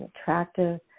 attractive